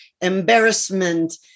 embarrassment